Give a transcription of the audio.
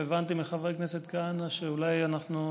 הבנתי מחבר הכנסת כהנא שאולי אנחנו,